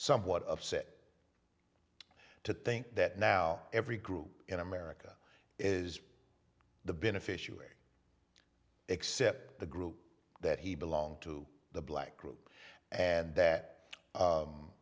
somewhat upset to think that now every group in america is the beneficiary except the group that he belong to the black group and